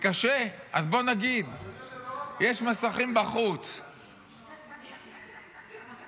יש דברים שהם לא יכולים לשמוע,